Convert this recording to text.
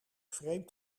vreemd